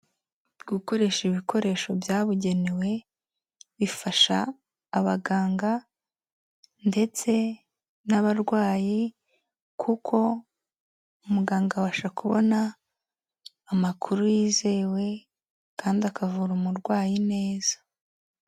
Gukoresha ibikoresho byabugenewe bifasha abaganga ndetse n'abarwayi kuko umuganga abasha kubona amakuru yizewe kandi akavura umurwayi neza.